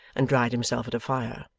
and dried himself at a fire.